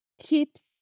keeps